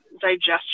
digestion